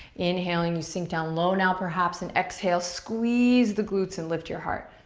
inhaling, you sink down low now perhaps, and exhale, squeeze the glutes and lift your heart.